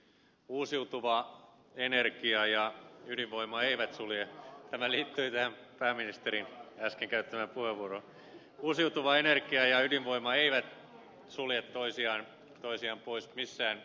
uusiutuva energia ja ydinvoima eivät sulje tämä liittyy tähän pääministerin leski kerttu avulla uusiutuva energia ja ydinvoima eivät äsken käyttämään puheenvuoroon toisiaan pois missään mielessä